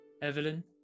Evelyn